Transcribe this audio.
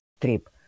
trip